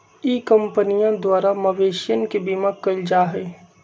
ई कंपनीया द्वारा मवेशियन के बीमा कइल जाहई